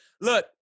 Look